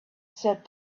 said